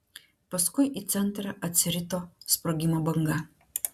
paskui į centrą atsirito sprogimo banga